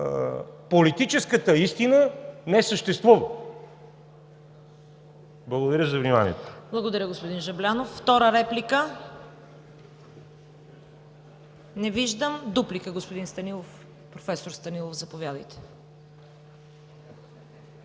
политическата истина не съществува. Благодаря за вниманието. ПРЕДСЕДАТЕЛ ЦВЕТА КАРАЯНЧЕВА: Благодаря, господин Жаблянов. Втора реплика? Не виждам. Дуплика – господин Станилов. Професор Станилов, заповядайте.